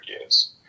years